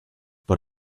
but